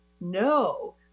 no